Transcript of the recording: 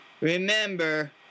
remember